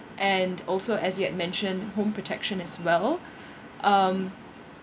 and also as you've mention home protection as well um